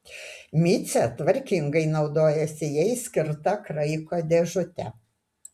micė tvarkingai naudojasi jai skirta kraiko dėžute